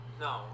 No